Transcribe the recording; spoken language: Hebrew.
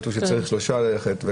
כתוב שצריך שלושה ללכת.